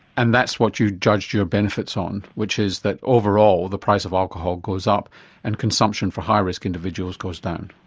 and that's what you've judged your benefits on, which is that overall the price of alcohol goes up and consumption for high risk individuals goes down?